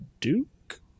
Duke